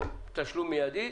יש פערי כוחות.